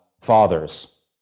fathers